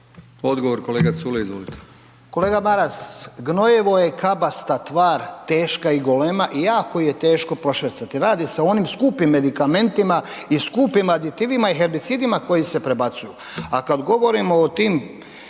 Izvolite. **Culej, Stevo (HDZ)** Kolega Maras, gnojivo je kabasta tvar, teška i golema i jako je teško prošvercati. Radi se o onim skupim medikamentima i skupim aditivima i herbicidima koji se prebacuju. A kada govorimo o tim